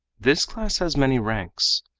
this class has many ranks.